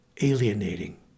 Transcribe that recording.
alienating